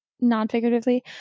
non-figuratively